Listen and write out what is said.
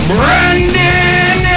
Brandon